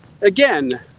Again